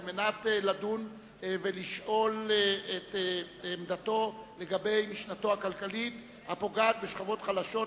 על מנת לדון ולשאול את עמדתו לגבי משנתו הכלכלית הפוגעת בשכבות החלשות,